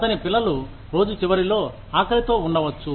అతని పిల్లలు రోజు చివరిలో ఆకలితో ఉండవచ్చు